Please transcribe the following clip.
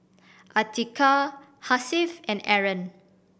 Atiqah Hasif and Aaron